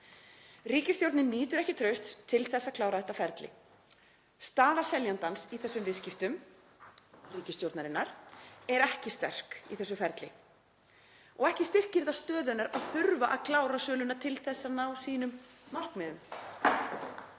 Ríkisstjórnin nýtur ekki trausts til að klára þetta ferli. Staða seljandans í þessum viðskiptum ríkisstjórnarinnar er ekki sterk í þessu ferli og ekki styrkir það stöðu hennar að þurfa að klára söluna til að ná markmiðum